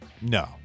No